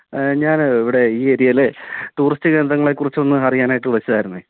ആ ഞാൻ ഇവിടെ ഈ ഏരിയയില് ടൂറിസ്റ്റ് കേന്ദ്രങ്ങളെ കുറിച്ച് ഒന്ന് അറിയാനായിട്ട് വിളിച്ചതായിരുന്നു